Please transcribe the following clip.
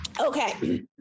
Okay